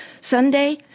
Sunday